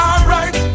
Alright